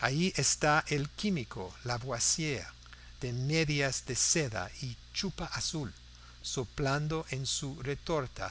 allí está el químico lavoisier de medias de seda y chupa azul soplando en su retorta